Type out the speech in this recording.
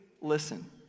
listen